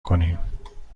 کنیم